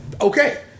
Okay